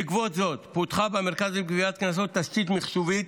בעקבות זאת פותחה במרכז לגביית קנסות תשתית מחשובית,